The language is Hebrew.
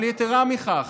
אבל יתרה מזו,